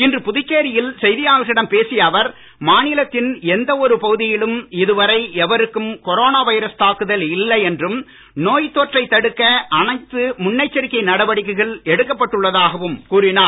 இன்று புதுச்சேரியில் செய்தியாளர்களிடம் பேசிய அவர் மாநிலத்தின் எந்த ஒரு பகுதியிலும் இதுவரை எவருக்கும் கொரோனா வைரஸ் தாக்குதல் இல்லை என்றும் நோய் தொற்றைத் தடுக்க அனைத்து முன்னெச்சரிக்கை நடவடிக்கைகள் எடுக்கப் பட்டுள்ளதாகவும் கூறினார்